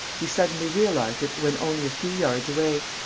he suddenly realized it when only a few yards away.